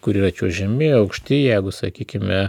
kuriuo čiuožiami aukšti jeigu sakykime